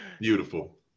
Beautiful